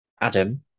Adam